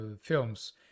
films